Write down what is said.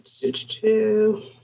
two